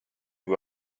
kui